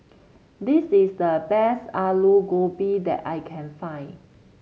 this is the best Alu Gobi that I can find